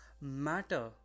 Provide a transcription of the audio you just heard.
matter